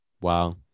Wow